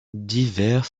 divers